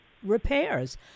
repairs